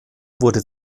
wurde